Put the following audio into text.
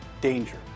danger